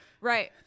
Right